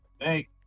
Hey